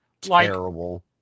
terrible